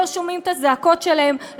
לא שומעים את הזעקות שלהם,